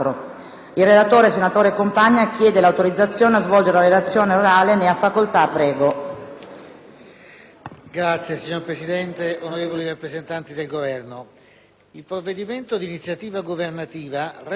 *relatore*. Signora Presidente, onorevoli rappresentanti del Governo, il provvedimento in titolo, d'iniziativa governativa, reca le consuete disposizioni di autorizzazione alla ratifica, ordine di esecuzione ed entrata in vigore dell'Accordo di Roma